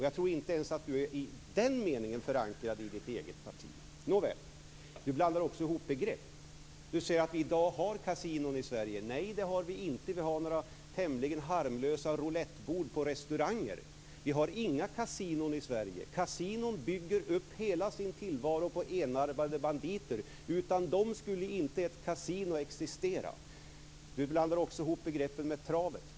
Jag tror inte ens i den meningen att du är förankrad i ditt eget parti. Nåväl. Sten Andersson blandar också ihop begrepp. Du säger att det finns kasinon i Sverige i dag. Nej, det finns några tämligen harmlösa roulettbord på restauranger. Det finns inga kasinon i Sverige. Kasinon bygger upp hela sin tillvaro på enarmade banditer. Utan dem skulle inte ett kasino existera. Sten Andersson blandar också ihop begreppen med travet.